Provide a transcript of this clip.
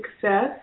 Success